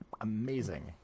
amazing